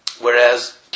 Whereas